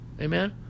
Amen